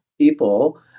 People